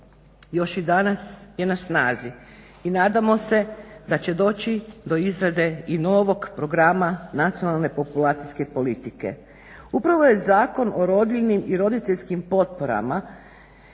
još i danas je na snazi i nadamo se da će doći do izrade i novog programa nacionalne populacijske politike. Upravo je Zakon o rodiljim i roditeljskim potporama